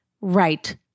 right